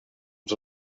els